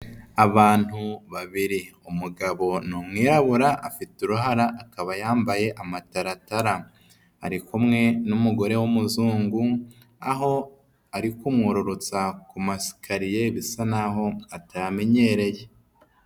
Abantu babiri, umugabo ni umwirabura afite uruhara, akaba yambaye amataratarama, ari kumwe n'umugore w'umuzungu, aho arikumwururutsa ku masikariye, bisa n'aho atayamenyereye.